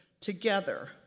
Together